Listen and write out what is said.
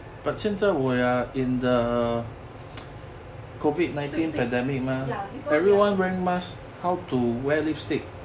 对对 ya because we have to